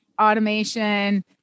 automation